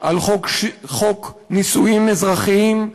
על חוק נישואים אזרחיים,